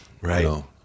Right